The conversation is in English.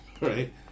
right